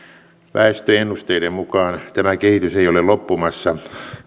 väestöennusteiden mukaan tämä kehitys ei ole loppumassa